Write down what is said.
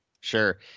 Sure